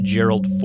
Gerald